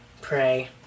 pray